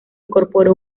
incorporó